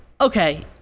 okay